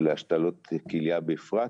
ולהשתלות כליה בפרט.